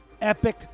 epic